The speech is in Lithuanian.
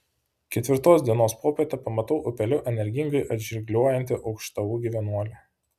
ketvirtos dienos popietę pamatau upeliu energingai atžirgliojantį aukštaūgį vienuolį